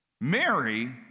Mary